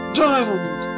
diamond